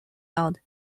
held